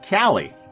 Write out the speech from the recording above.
Callie